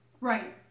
right